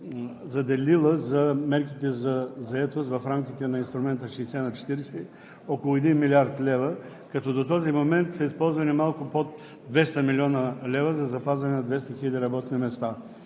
заделила за мерките за заетост в рамките на инструмента 60/40 около 1 млрд. лв., като до този момент са използвани малко под 200 млн. лв. за запазване на 200 хиляди работни места.